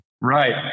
Right